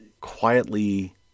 quietly